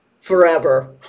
forever